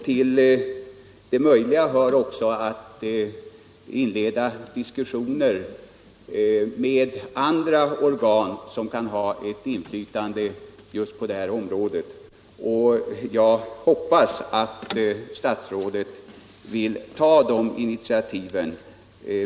Till de möjliga initiativen hör att inleda diskussioner med andra organ som kan ha inflytande just på detta område. Jag hoppas att statsrådet vill ta de initiativen.